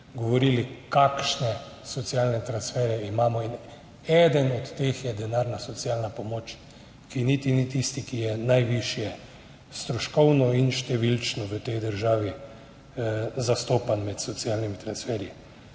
govorili, kakšne socialne transferje imamo, in eden od teh je denarna socialna pomoč, ki niti ni tisti, ki je najvišje stroškovno in številčno v tej državi zastopan med socialnimi transferji.